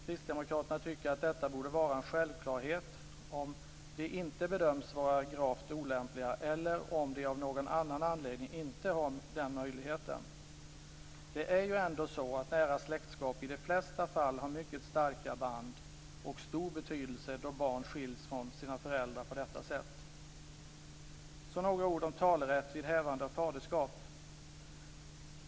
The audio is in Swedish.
Kristdemokraterna tycker att detta borde vara en självklarahet om de inte inte bedöms vara gravt olämpliga eller om de av någon anledning inte har den möjligheten. Det är ju ändå så att nära släktskap i de flesta fall innebär mycket starka band och har stor betydelse då barn skiljs från sina föräldrar på detta sätt. Så några ord om talerätt vid hävande av faderskap.